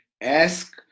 ask